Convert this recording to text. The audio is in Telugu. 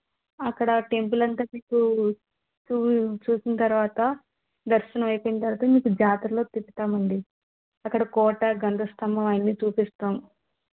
అక్కడ టెంపుల్ అంత మీకు చూ చూసిన తరువాత దర్శనం అయిపోయిన తరువాత మీకు జాతర్లో తిప్పుతామండి అక్కడ కోట గంట స్థంభం అవన్నీ చూపిస్తాము